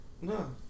No